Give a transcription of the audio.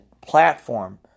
platform